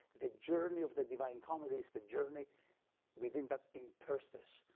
the journey of the divine comedy is the journey within that in tercets,